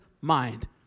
mind